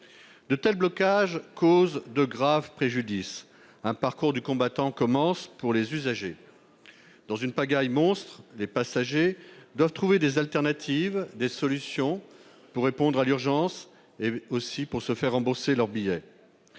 De tels blocages causent de graves préjudices. Un parcours du combattant commence pour les usagers, qui, dans une pagaille monstre, doivent trouver des solutions de substitution pour répondre à l'urgence et se faire rembourser leur billet.